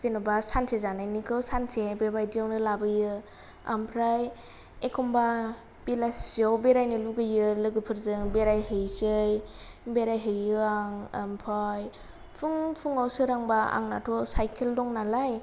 जेन'बा सानसे जनायनिखौ सानसे बेबायदियावनो लाबोयो ओमफ्राय एखमबा बेलासियाव बेरायनो लुबैयो लोगोफोरजों बेरायहैसै बेराय हैयो आं ओमफाय फुं फुङाव सोरांबा आंनाथ' साइकेल दं नालाय